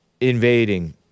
invading